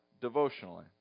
devotionally